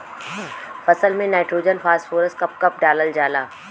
फसल में nitrogen phosphorus कब कब डालल जाला?